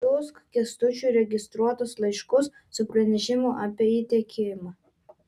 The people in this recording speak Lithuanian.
siųsk kęstučiui registruotus laiškus su pranešimu apie įteikimą